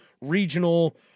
regional